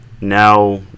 Now